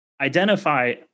identify